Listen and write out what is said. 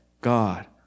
God